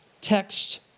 text